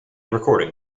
recording